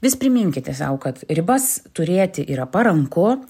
vis priminkite sau kad ribas turėti yra paranku